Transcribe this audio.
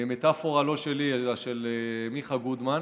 המטפורה לא שלי אלא של מיכה גודמן.